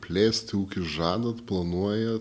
plėsti ūkį žadat planuojat